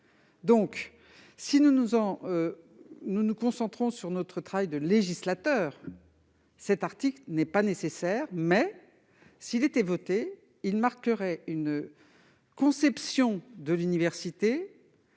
Si nous nous concentrons sur notre travail de législateur, l'article 24 n'est pas nécessaire. S'il était adopté, il imposerait une conception de l'université